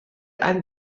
ein